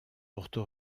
porto